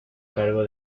cargo